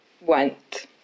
went